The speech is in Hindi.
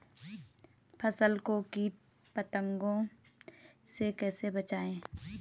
फसल को कीट पतंगों से कैसे बचाएं?